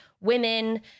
women